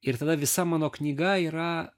ir tada visa mano knyga yra